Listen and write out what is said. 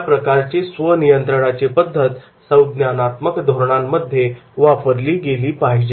या प्रकारची स्व नियंत्रणाची पद्धत संज्ञानात्मक धोरणांमध्ये वापरली गेली पाहिजे